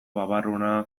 babarruna